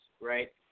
right